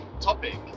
topic